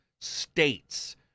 states